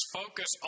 focus